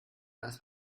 lass